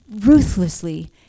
ruthlessly